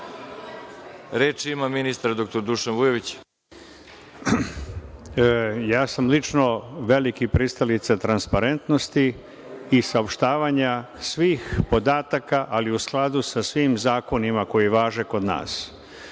dr Dušan Vujović. **Dušan Vujović** Ja sam lično veliki pristalica transparentnosti i saopštavanja svih podataka, ali u skladu sa svim zakonima koji važe kod